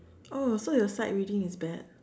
oh so your sight reading is bad